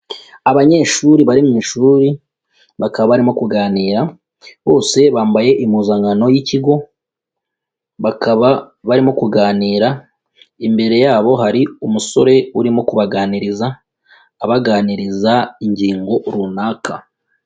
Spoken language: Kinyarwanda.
Abanyeshuri bari mu ishuri bakaba barimo kuganira bose bambaye impuzankano y'ikigo bakaba barimo kuganira, imbere yabo hari umusore urimo kubaganiriza, abaganiriza ingingo runaka.